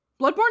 bloodborne